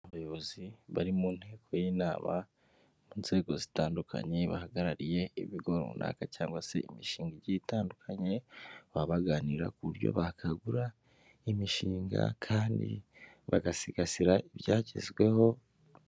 Abayobozi bari mu nteko y'inama mu nzego zitandukanye bahagarariye ibigo runaka cyangwa se imishinga igiye itandukanye baba baganira ku buryo bakangura imishinga kandi bagasigasira ibyagezweho...